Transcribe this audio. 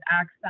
access